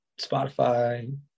Spotify